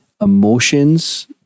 emotions